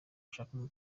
nshaka